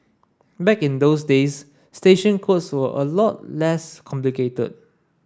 back in those days station codes were a lot less complicated